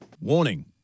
Warning